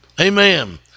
Amen